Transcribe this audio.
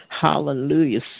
Hallelujah